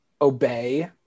obey